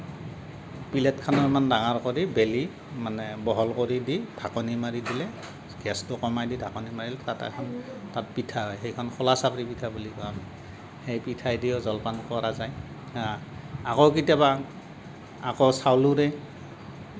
প্লেটখনৰ সমান ডাঙৰ কৰি বেলি মানে বহল কৰি দি ঢাকনি মাৰি দিলে গেছটো কমাই দি ঢাকনি মাৰি দিলে তাত এখন পিঠা হয় সেইখন খোলাচাপৰি পিঠা বুলি কোৱা হয় সেই পিঠাইদিও জলপান কৰা যায় আকৌ কেতিয়াবা আকৌ চাউলেৰে